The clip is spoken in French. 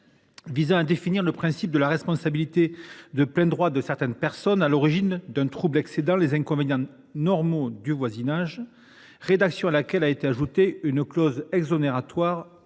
civil définissant le principe de la responsabilité « de plein droit » de certaines personnes « à l’origine d’un trouble excédant les inconvénients normaux de voisinage », rédaction à laquelle a été ajoutée une clause exonératoire